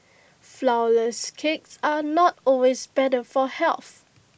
Flourless Cakes are not always better for health